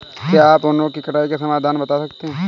क्या आप वनों की कटाई के समाधान बता सकते हैं?